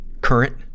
current